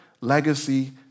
legacy